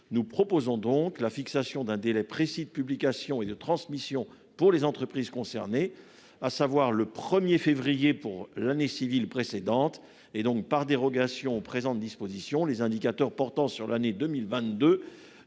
Nous proposons donc la fixation d'un délai précis de publication et de transmission pour les entreprises concernées, à savoir le 1er février pour l'année civile précédente et donc par dérogation présentes dispositions les indicateurs portant sur l'année 2022